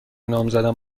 نامزدم